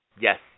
Yes